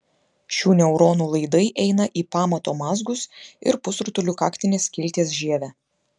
šių neuronų laidai eina į pamato mazgus ir pusrutulių kaktinės skilties žievę